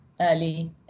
early